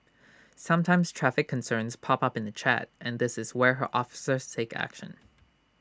sometimes traffic concerns pop up in the chat and this is where her officers take action